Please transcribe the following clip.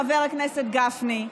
חבר הכנסת גפני,